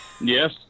Yes